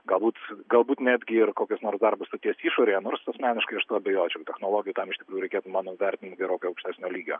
galbūt galbūt netgi ir kokius nors darbus stoties išorėje nors asmeniškai aš tuo abejočiau technologijų tam iš tikrųjų reikėtų mano vertinimu gerokai aukštesnio lygio